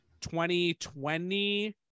2020